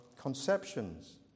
conceptions